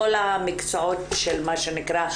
כל המקצועות של מה שנקרא,